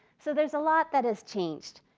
so there's a lot that has changed.